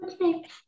Okay